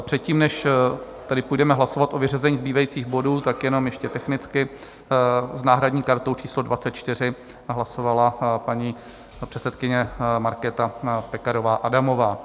Předtím, než půjdeme hlasovat o vyřazení zbývajících bodů, tak jenom ještě technicky, s náhradní kartou číslo 24 hlasovala paní předsedkyně Markéta Pekarová Adamová.